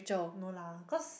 no lah cause